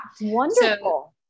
Wonderful